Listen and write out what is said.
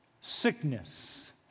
sickness